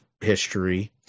history